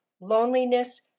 loneliness